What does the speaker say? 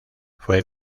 fue